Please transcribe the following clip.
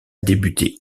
débuté